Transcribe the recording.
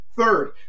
Third